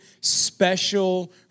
special